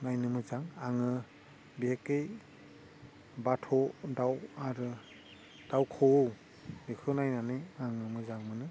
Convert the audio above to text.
नायनो मोजां आङो बिहेखे बाथ' दाउ आरो दाउ खौवौ बेखौ नायनानै आङो मोजां मोनो